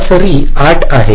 सरासरी 8 आहे